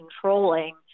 controlling